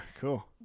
cool